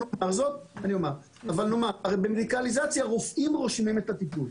שאמונים על זה כבר מספר שנים ואמורים לבצע את העבודה,